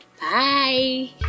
Bye